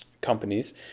companies